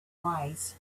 wise